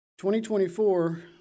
2024